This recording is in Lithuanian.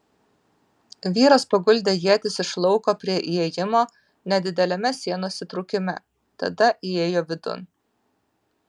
vyras paguldė ietis iš lauko prie įėjimo nedideliame sienos įtrūkime tada įėjo vidun